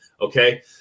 okay